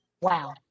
Wow